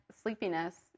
sleepiness